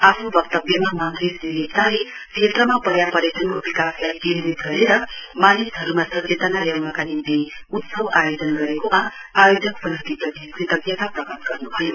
आफ्नो वक्तव्यमा मन्त्री श्री लेप्चाले क्षेत्रमा पर्यापर्यटनको विकासलाई केन्द्रित गरेर मानिसहरूमा सचेतना ल्याउनका निम्ति उत्सव आयोजन गरेकोमा आयोजक समितिप्रति कृतज्ञता प्रकट गर्नुभयो